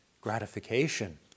gratification